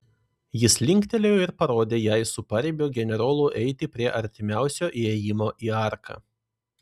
jis linktelėjo ir parodė jai su paribio generolu eiti prie artimiausio įėjimo į arką